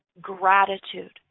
gratitude